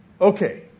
Okay